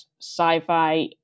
sci-fi